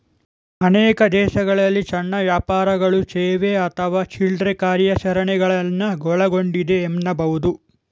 ಅನೇಕ ದೇಶಗಳಲ್ಲಿ ಸಣ್ಣ ವ್ಯಾಪಾರಗಳು ಸೇವೆ ಅಥವಾ ಚಿಲ್ರೆ ಕಾರ್ಯಾಚರಣೆಗಳನ್ನ ಒಳಗೊಂಡಿದೆ ಎನ್ನಬಹುದು